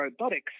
robotics